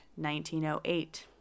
1908